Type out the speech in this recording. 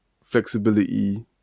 flexibility